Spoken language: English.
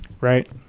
right